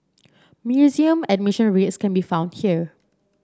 museum admission rates can be found here